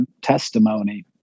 testimony